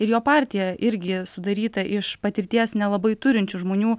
ir jo partija irgi sudaryta iš patirties nelabai turinčių žmonių